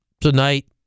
tonight